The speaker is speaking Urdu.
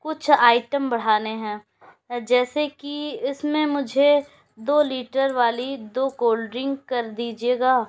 کچھ آئٹم بڑھانے ہیں جیسے کہ اس میں مجھے دو لیٹر والی دو کول ڈرنک کر دیجیے گا